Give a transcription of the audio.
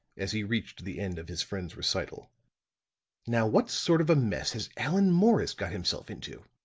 as he reached the end of his friend's recital now what sort of a mess has allan morris got himself into?